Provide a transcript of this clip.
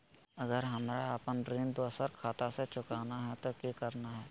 अगर हमरा अपन ऋण दोसर खाता से चुकाना है तो कि करना है?